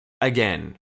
again